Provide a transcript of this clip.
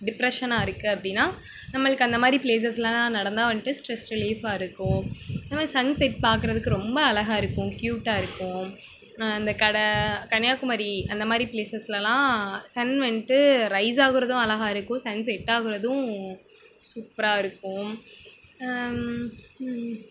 டிப்ரஷனாக இருக்குது அப்படின்னா நம்மளுக்கு அந்தமாதிரி ப்ளேஸஸுலலாம் நடந்தால் வந்துட்டு ஸ்ட்ரெஸ் ரிலீஃப்பாக இருக்கும் அந்தமாதிரி சன்செட் பார்க்குறதுக்கு ரொம்ப அழகா இருக்கும் க்யூட்டாக இருக்கும் இந்த கடை கன்னியாகுமரி அந்தமாதிரி ப்ளேஸஸுலலாம் சன் வந்துட்டு ரைஸ் ஆகிறதும் அழகா இருக்கும் சன்செட் ஆகிறதும் சூப்பராக இருக்கும்